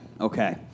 Okay